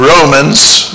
Romans